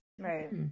Right